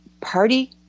party